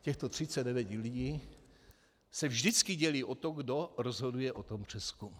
Těchto 39 lidí se vždycky dělí o to, kdo rozhoduje o přezkumu.